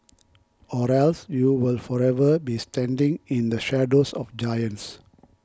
or else you will forever be standing in the shadows of giants